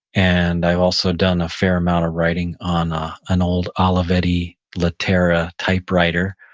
and i've also done a fair amount of writing on ah an old olivetti latera typewriter,